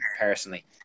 personally